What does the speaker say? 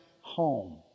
home